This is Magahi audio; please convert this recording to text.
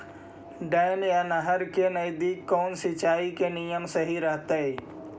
डैम या नहर के नजदीक कौन सिंचाई के नियम सही रहतैय?